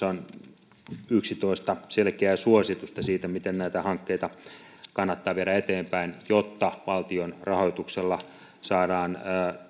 on yksitoista selkeää suositusta siitä miten näitä hankkeita kannattaa viedä eteenpäin jotta valtion rahoituksella saadaan